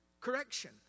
correction